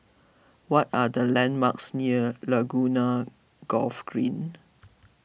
what are the landmarks near Laguna Golf Green